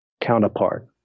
counterpart